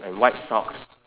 and white socks